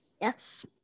Yes